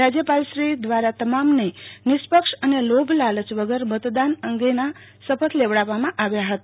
રાજ્યપાલશ્રી દ્વારા તમામને નિષ્પક્ષ અને લોભ લાલય વગર મતદાન અંગેનાં શપથ લેવડાવામાં આવ્યા ફતા